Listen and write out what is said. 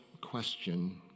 question